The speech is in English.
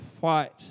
fight